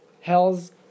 hells